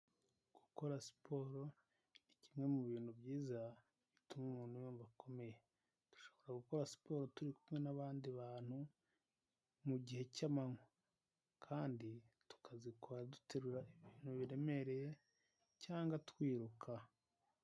Gukora siporo ni kimwe mu bintu byiza bituma umuntu yumva akomeye, dushobora gukora siporo turi kumwe n'abandi bantu mu gihe cy'amanywa kandi tukazikora duterura ibintu biremereye cyangwa twiruka.